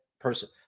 person